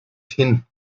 hin